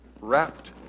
wrapped